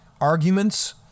arguments